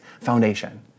foundation